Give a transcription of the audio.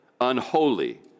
unholy